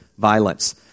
violence